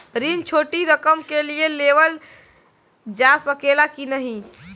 ऋण छोटी रकम के लिए लेवल जा सकेला की नाहीं?